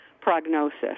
prognosis